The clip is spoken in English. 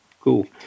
Cool